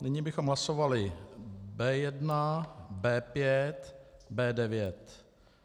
Nyní bychom hlasovali B1, B5, B9.